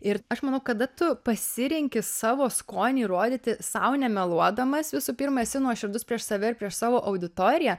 ir aš manau kada tu pasirenki savo skonį ir rodyti sau nemeluodamas visų pirma esi nuoširdus prieš save ir prieš savo auditoriją